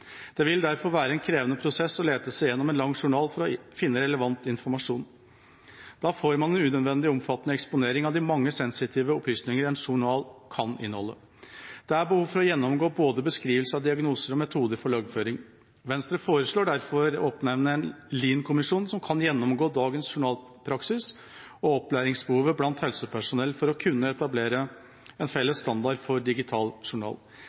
Det vil derfor være en krevende prosess å lete seg gjennom en lang journal for å finne relevant informasjon. Da får man en unødvendig og omfattende eksponering av de mange sensitive opplysninger en journal kan inneholde. Det er behov for å gjennomgå både beskrivelser av diagnoser og metoder for loggføring. Venstre foreslår derfor å oppnevne en LEAN-kommisjon som kan gjennomgå dagens journalpraksis og opplæringsbehovet blant helsepersonell, for å kunne etablere en felles standard for en digital journal.